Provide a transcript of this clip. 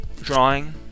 drawing